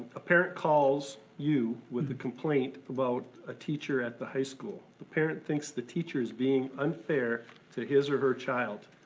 a parent calls you with a complaint about a teacher at the high school. the parent thinks the teacher is being unfair to his or her child.